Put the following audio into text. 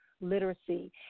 literacy